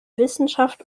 wissenschaft